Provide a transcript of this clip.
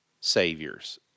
saviors